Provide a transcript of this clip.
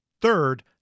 Third